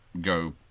go